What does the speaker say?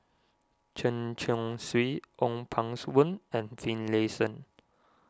Chen Chong Swee Ong Pang Boon and Finlayson